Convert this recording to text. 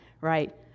right